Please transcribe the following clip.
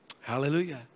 Hallelujah